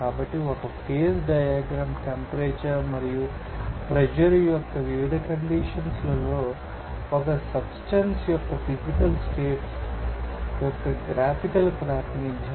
కాబట్టి ఒక phase diagram temperature మరియు ప్రెషర్ యొక్క వివిధ కండిషన్స్ లలో ఒక సబ్స్టెన్సు యొక్క ఫీజికల్ స్టేట్స్ యొక్క గ్రాఫికల్ ప్రాతినిధ్యం